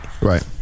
Right